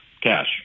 Cash